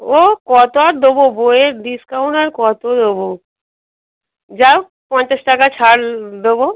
ও কত আর দোবো বইয়ের ডিসকাউন্ট আর কত দোবো যাও পঞ্চাশ টাকা ছাড় দোবো